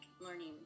learning